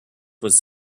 was